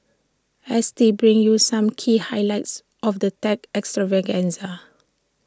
S T brings you some key highlights of the tech extravaganza